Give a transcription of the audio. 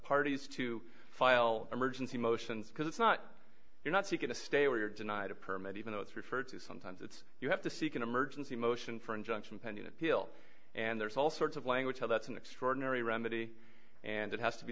parties to file emergency motions because it's not you're not seeking to stay or you're denied a permit even though it's referred to sometimes it's you have to seek an emergency motion for injunction pending appeal and there's all sorts of language that's an extraordinary remedy and it has to be